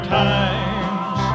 times